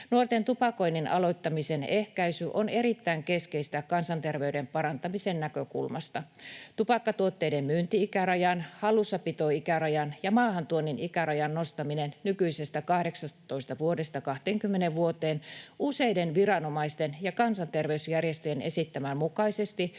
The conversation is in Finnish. Nuorten tupakoinnin aloittamisen ehkäisy on erittäin keskeistä kansanterveyden parantamisen näkökulmasta. Tupakkatuotteiden myynti-ikärajan, hallussapitoikärajan ja maahantuonnin ikärajan nostaminen nykyisestä 18 vuodesta 20 vuoteen — useiden viranomaisten ja kansanterveysjärjestöjen esittämän mukaisesti